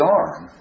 arm